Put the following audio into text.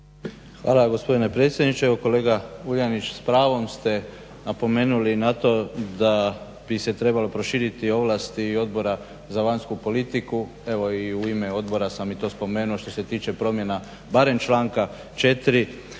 Hvala gospodine predsjedniče. Evo kolega Vuljanić s pravom ste napomenuli na to da bi se trebalo proširiti ovlasti i Odbora za vanjsku politiku evo i u ime Odbora sam i to spomenuo što se tiče promjena barem članka 4.